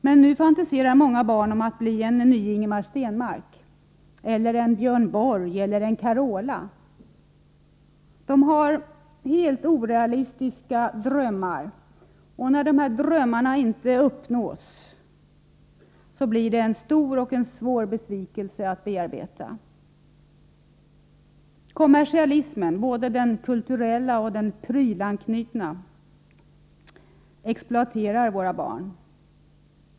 Men nu fantiserar många barn om att bli en ny Ingemar Stenmark, en Björn Borg eller en Carola. De har helt orealistiska drömmar, och när dessa drömmar inte går i uppfyllelse blir det en stor och svår besvikelse för dem. Kommersialismen, både den kulturella och den prylanknutna, exploaterar våra barn.